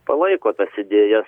palaiko tas idėjas